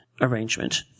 arrangement